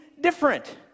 different